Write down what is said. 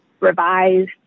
revised